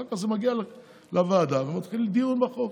אחר כך זה מגיע לוועדה ומתחיל דיון בחוק.